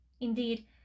Indeed